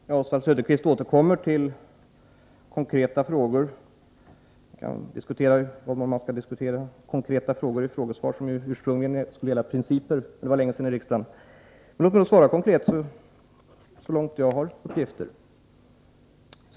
Herr talman! Oswald Söderqvist återkommer till konkreta frågor. Det är tveksamt om man skall diskutera konkreta frågor i frågedebatter, som ursprungligen skulle gälla principer, men det var länge sedan det var på det sättet i riksdagen. Låt mig då svara konkret, så långt jag har uppgifter.